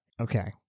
Okay